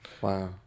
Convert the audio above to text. Wow